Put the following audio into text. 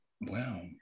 Wow